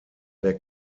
der